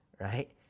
right